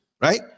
Right